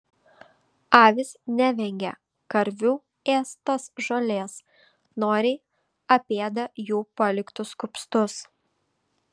avys nevengia karvių ėstos žolės noriai apėda jų paliktus kupstus